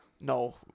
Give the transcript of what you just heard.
No